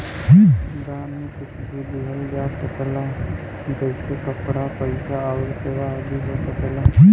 दान में कुछ भी दिहल जा सकला जइसे कपड़ा, पइसा आउर सेवा आदि हो सकला